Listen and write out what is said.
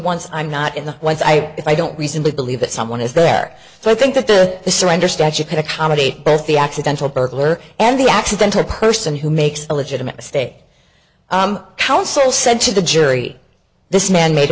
once i'm not in the was i if i don't reason to believe that someone is there so i think that the surrender statute could accommodate both the accidental burglar and the accidental person who makes a legitimate mistake counsel said to the jury this man made a